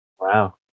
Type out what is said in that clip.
Wow